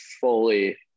fully